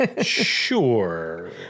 Sure